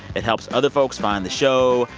it helps other folks find the show.